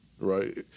right